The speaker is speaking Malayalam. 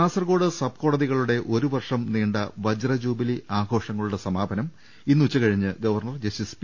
കാസർകോട് സബ് കോടതികളുടെ ഒരു വർഷം നീണ്ട വജ്ര ജൂബിലി ആഘോഷങ്ങളുടെ സമാപനം ഇന്ന് ഉച്ചകഴിഞ്ഞ് ഗവർണർ ജസ്റ്റിസ് പി